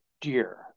dear